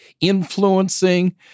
influencing